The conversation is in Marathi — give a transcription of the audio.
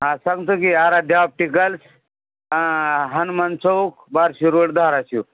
हा सांगतो की आराध्य ऑप्टिकल्स हनुमान चौक बारशि रोड धाराशिव